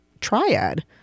triad